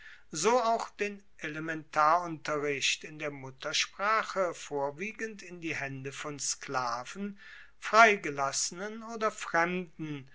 so auch den elementarunterricht in der muttersprache vorwiegend in die haende von sklaven freigelassenen oder fremden